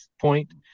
point